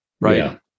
right